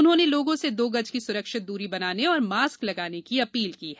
उन्होंने लोगों से दो गज की स्रक्षित दूरी बनाने और मास्क लगाने की अपील की है